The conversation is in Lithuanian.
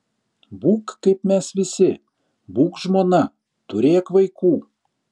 būk kaip mes visi būk žmona turėk vaikų